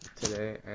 today